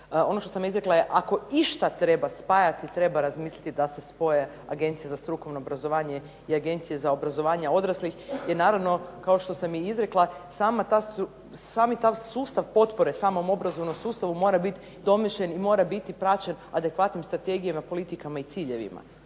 Ono što sam izrekla je ako išta treba spajati, treba razmisliti da se spoje Agencija za strukovno obrazovanje i Agencija za obrazovanje odraslih, jer naravno kao što i izrekla sam taj sustav potpore samom obrazovnom sustavu mora biti domišljen i mora biti praćen adekvatnim strategijama i politikama i ciljevima,